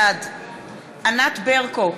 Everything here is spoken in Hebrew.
בעד ענת ברקו,